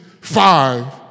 five